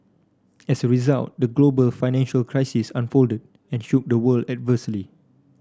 as a result the global financial crisis unfolded and shook the world adversely